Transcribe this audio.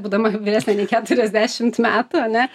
būdama vyresnė nei keturiasdešimt metų ane